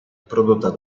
prodotta